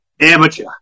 amateur